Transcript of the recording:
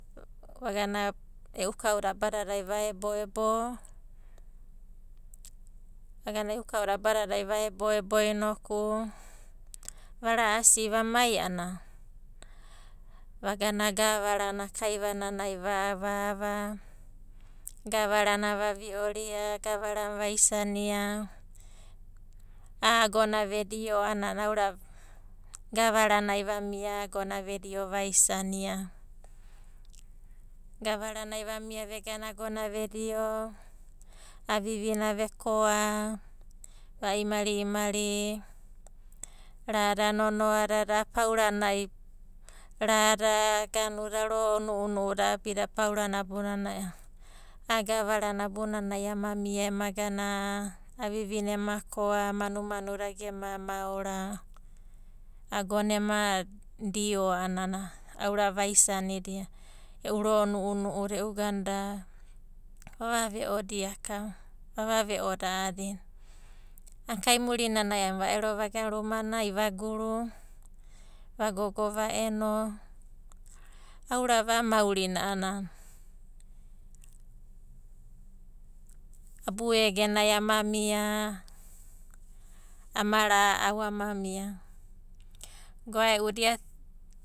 Vagana e'u kauda abadadai va ebo ebo, vagana e'u kauda abadadai va ebo ebo inoku vara'asi vamai a'ana, vagana gavarana kaivananai va ava gavarana va vioria, gavarana vaisania. Agona ve dio a'ana aurava gavarana vamia agona vedio vaisania. Gavaranai vamia vegana agona ve dio, avivina vekoa va imari imari, rada nonoa dada, a'a paura nai rada, ro'o nu'unu'u da a'abida paura na abunanai, a'a gavana abunanai amamia ema gana avi'vina ema koa, manumanu da gema moara. Agona ema dio a'ana aurava vaisanidia, e'u ro'o nu'unu'u e'u vava ve'odia akava, vava ve'odia a'adina. Kaimurinanai a'ana va ero vagana rumanai vaguru, vagogo va'eno. Aurava a'a maurina abu egenai ama mia, ama ra'au ama mia. Goae'u da ia.